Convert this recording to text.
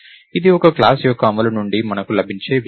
ఇది ఒక క్లాస్ యొక్క అమలు నుండి మనకు లభించే విషయం